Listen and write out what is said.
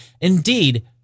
indeed